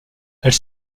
elle